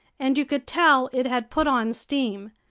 and you could tell it had put on steam.